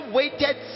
waited